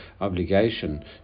obligation